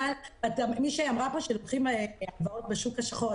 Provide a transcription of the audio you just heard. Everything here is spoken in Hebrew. מישהי אמרה פה שלוקחים הלוואות בשוק השחור,